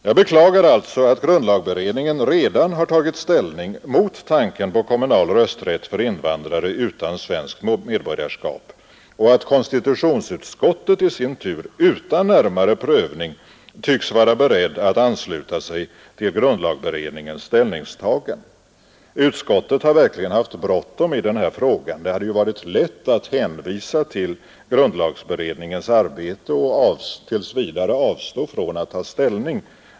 Jag beklagar alltså att grundlagberedningen redan tagit ställning mot tanken på kommunal rösträtt för invandrare utan svenskt medborgarskap och att konstitutionsutskottet i sin tur utan närmare prövning tycks vara berett att ansluta sig till grundlagberedningens ställningstagande. Utskottet har verkligen haft bråttom i denna fråga — det hade ju varit lätt att hänvisa till grundlagberedningens arbete och tills vidare avstå från att ta ställning.